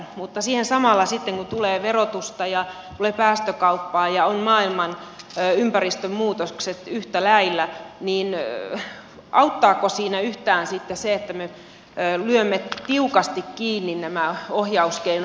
mutta kun siihen samalla sitten tulee verotusta ja tulee päästökauppaa ja on maailman ympäristönmuutokset yhtä lailla niin auttaako siinä yhtään sitten se että me lyömme tiukasti kiinni nämä ohjauskeinot